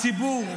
הציבור,